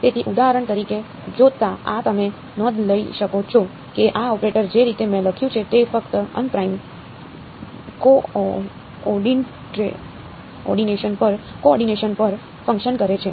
તેથી ઉદાહરણ તરીકે જોતા આ તમે નોંધ લઈ શકો છો કે આ ઓપરેટર જે રીતે મેં લખ્યું છે તે ફક્ત અનપ્રાઇમ કો ઓર્ડિનેટસ પર ફંકશન કરે છે